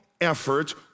effort